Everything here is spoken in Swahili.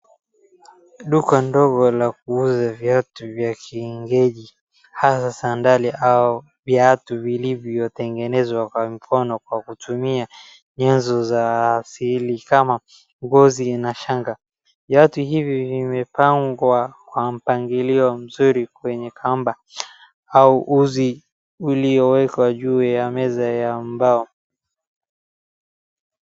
Duka ndogo la kuuza viatu vya kienyeji hasaa sandali au viatu vilivyotengenezwa kwa mikono kwa kutumia nyenzo za asili kama ngozi na shanga. Viatu hivi vimepangwa kwa mpangilio mzuri kwenye kamba au uzi uliowekwa juu ya meza ya mbao.